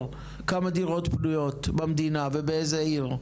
כמה דירות פנויות במדינה ובאיזה עיר.